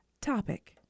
topic